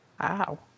Wow